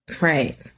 Right